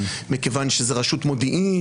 מכיוון שזאת רשות מודיעין,